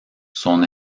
son